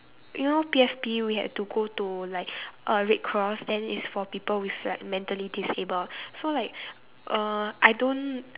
you know P_F_P we had to go to like uh red cross then is for people with like mentally disabled so like uh I don't